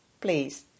please